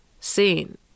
seen